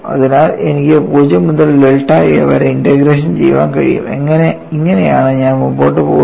അതിനാൽ എനിക്ക് 0 മുതൽ ഡെൽറ്റ എ വരെ ഇന്റഗ്രേഷൻ ചെയ്യാൻ കഴിയും ഇങ്ങനെയാണ് ഞാൻ മുന്നോട്ട് പോകുന്നത്